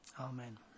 Amen